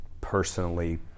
personally